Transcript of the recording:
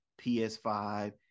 PS5